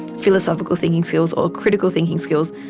philosophical thinking skills or critical thinking skills,